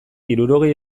hirurogei